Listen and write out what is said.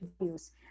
views